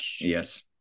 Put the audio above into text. Yes